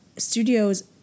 studios